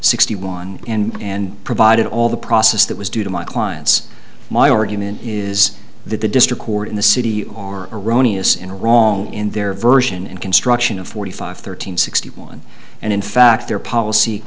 sixty one and provided all the process that was due to my clients my argument is that the district court in the city you are erroneous in are wrong in their version and construction of forty five thirteen sixty one and in fact their policy